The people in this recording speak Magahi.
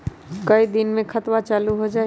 कई दिन मे खतबा चालु हो जाई?